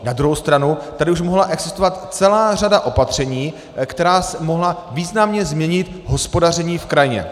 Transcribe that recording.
Na druhou stranu tady už mohla existovat celá řada opatření, která mohla významně změnit hospodaření v krajině.